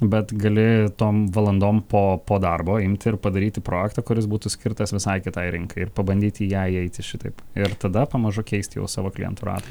bet gali tom valandom po po darbo imti ir padaryti projektą kuris būtų skirtas visai kitai rinkai ir pabandyti į ją įeiti šitaip ir tada pamažu keisti jau savo klientų ratą